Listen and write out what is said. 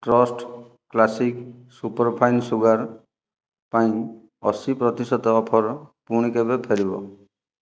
trust classic superfine sugar ପାଇଁ ଅଶୀ ପ୍ରତିଶତ ଅଫର୍ ପୁଣି କେବେ ଫେରିବ